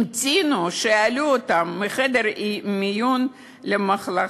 המתינו שיעלו אותם מחדר המיון למחלקה.